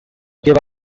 give